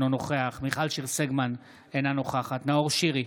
אינו נוכח מיכל שיר סגמן, אינה נוכחת נאור שירי,